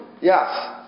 Yes